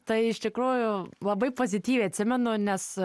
tai iš tikrųjų labai pozityviai atsimenu nes